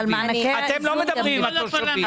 אתם לא מדברים עם התושבים.